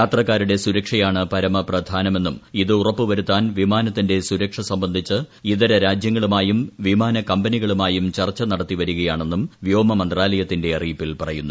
യാത്രക്കാരുടെ സുരക്ഷയാണ് പരമ പ്രധാനമെന്നും ഇത് ഉറപ്പുവരുത്താൻ വിമാനത്തിന്റെ സുരക്ഷ സംബന്ധിച്ച് ഇതര രാജ്യങ്ങളുമായും വിമാന കമ്പനികളുമായും ചർച്ച നടത്തി വരികയാണെന്നും വ്യോമ മന്ത്രാലയത്തിന്റെ അറിയിപ്പിൽ പറയുന്നു